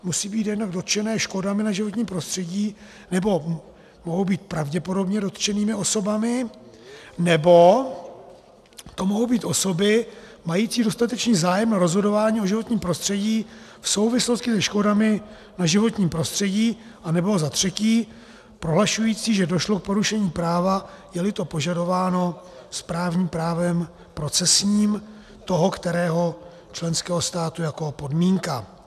Musí být jednak dotčené škodami na životním prostředí, nebo mohou být pravděpodobně dotčenými osobami, nebo to mohou být osoby mající dostatečný zájem na rozhodování o životním prostředí v souvislosti se škodami na životním prostředí, anebo za třetí prohlašující, že došlo k porušení práva, jeli to požadováno správním právem procesním toho kterého členského státu jako podmínka.